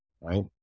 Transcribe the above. right